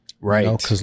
Right